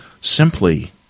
Simply